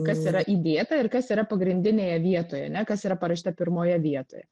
kas yra įdėta ir kas yra pagrindinėje vietoje ane kas yra parašyta pirmoje vietoje